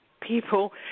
people